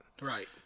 Right